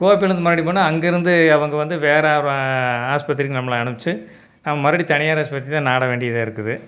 கோபியில் இருந்து மறுபடி போனால் அங்கே இருந்து அவங்க வந்து வேறு ஒரு ஹாஸ்பத்ரிக்கு நம்மள அனுப்பிச்சு நம் மறுபடியும் தனியார் ஹாஸ்பத்ரியை தான் நாடவேண்டியதாக இருக்குது